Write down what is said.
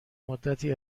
مدتی